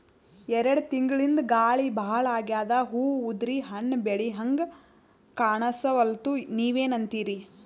ಎರೆಡ್ ತಿಂಗಳಿಂದ ಗಾಳಿ ಭಾಳ ಆಗ್ಯಾದ, ಹೂವ ಉದ್ರಿ ಹಣ್ಣ ಬೆಳಿಹಂಗ ಕಾಣಸ್ವಲ್ತು, ನೀವೆನಂತಿರಿ?